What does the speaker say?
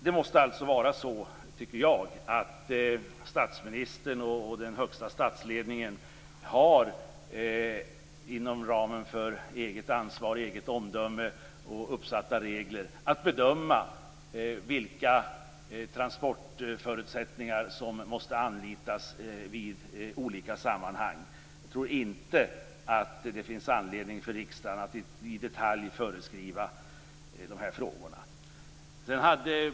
Det måste alltså vara så att statsministern och den högsta statsledningen har, inom ramen för eget ansvar, eget omdöme och uppsatta regler, att bedöma vilka transportförutsättningar som måste anlitas i olika sammanhang. Jag tror inte att det finns anledning för riksdagen att i detalj föreskriva i de här frågorna.